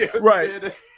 Right